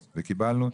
וקיבלנו.